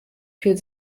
viel